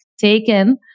taken